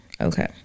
Okay